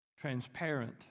transparent